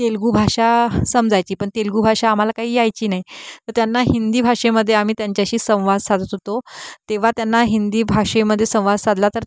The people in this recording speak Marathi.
तेलगू भाषा समजायची पण तेलगू भाषा आम्हाला काही यायची नाही तर त्यांना हिंदी भाषेमध्ये आम्ही त्यांच्याशी संवाद साधत होतो तेव्हा त्यांना हिंदी भाषेमध्ये संवाद साधला तर